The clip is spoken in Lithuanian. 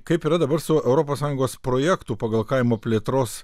kaip yra dabar su europos sąjungos projektų pagal kaimo plėtros